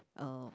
um